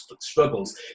struggles